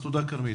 תודה, כרמית.